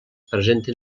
presenten